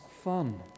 fun